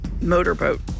motorboat